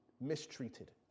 mistreated